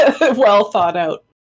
well-thought-out